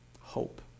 Hope